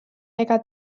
ega